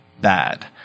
bad